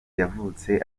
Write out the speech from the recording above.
yavutse